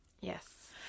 Yes